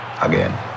again